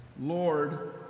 Lord